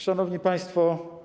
Szanowni Państwo!